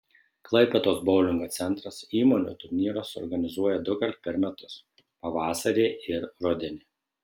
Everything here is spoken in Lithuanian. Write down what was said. klaipėdos boulingo centras įmonių turnyrus organizuoja dukart per metus pavasarį ir rudenį